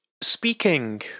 Speaking